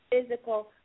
physical